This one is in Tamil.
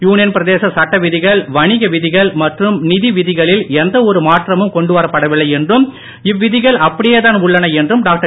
யூனியன் பிரதேச சட்டவிதிகள் வணிக விதிகள் மற்றும் நிதி விதிகளில் எந்த ஒரு மாற்றமும் கொண்டுவரப் படவில்லை என்றும் இவ்விதிகள் அப்படியேதான் உள்ளது என்றும் டாக்டர்